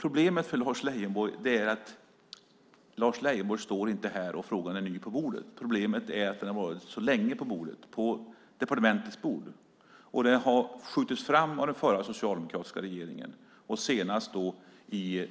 Problemet för Lars Leijonborg är att frågan inte är ny på bordet. Problemet är att frågan har funnits så länge på departementets bord. Frågan har skjutits fram av den förra socialdemokratiska regeringen, senast i